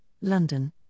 London